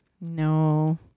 No